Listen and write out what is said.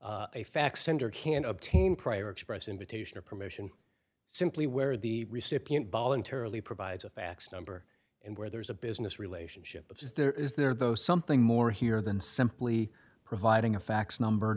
sender can obtain prior express invitation or permission simply where the recipient voluntarily provides a fax number and where there's a business relationship if there is there though something more here than simply providing a fax number